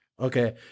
Okay